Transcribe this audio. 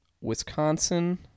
Wisconsin